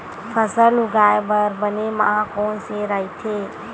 फसल उगाये बर बने माह कोन से राइथे?